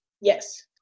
Yes